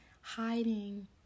hiding